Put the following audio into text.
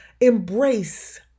embrace